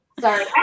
Sorry